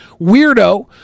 weirdo